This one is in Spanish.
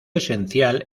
esencial